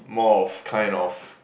more of kind of